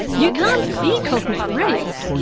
you can't see cosmic rays.